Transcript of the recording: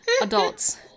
Adults